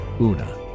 Una